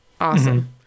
Awesome